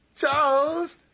Charles